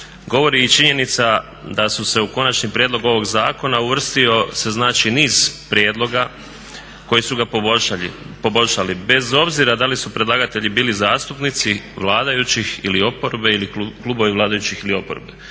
govori i činjenica da su se u konačni prijedlog ovog zakona uvrstio se znači niz prijedloga koji su ga poboljšali, bez obzira da li su predlagatelji bili zastupnici vladajućih ili oporbe ili klubovi vladajućih ili oporbo.